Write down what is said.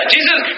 Jesus